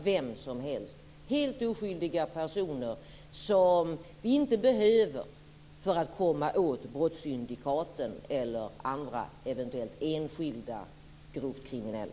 Det kan vara helt oskyldiga personer som vi inte behöver för att komma åt brottssyndikaten eller andra, eventuellt enskilda, grovt kriminella.